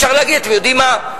אפשר להגיד, אתם יודעים מה?